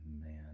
Man